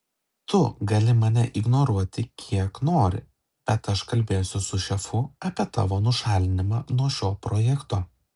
tu gali mane ignoruoti kiek nori bet aš kalbėsiu su šefu apie tavo nušalinimą nuo šio projekto